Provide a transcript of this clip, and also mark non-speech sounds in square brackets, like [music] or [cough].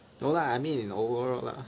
[noise] no lah I mean overall lah